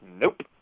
Nope